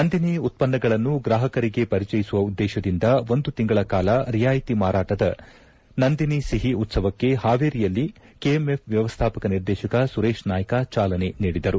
ನಂದಿನಿ ಉತ್ಪನ್ನಗಳನ್ನು ಗ್ರಾಹಕರಿಗೆ ಪರಿಚಯಿಸುವ ಉದ್ದೇಶದಿಂದ ಒಂದು ತಿಂಗಳ ಕಾಲ ರಿಯಾಯಿತಿ ಮಾರಾಟದ ನಂದಿನಿ ಸಿಹಿ ಉತ್ಸವಕ್ಕೆ ಹಾವೇರಿಯಲ್ಲಿ ಕೆಎಮ್ಎಫ್ ವ್ಯವಸ್ಥಾಪಕ ನಿರ್ದೇಶಕ ಸುರೇಶ್ ನಾಯ್ಕ ಚಾಲನೆ ನೀಡಿದರು